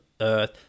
Earth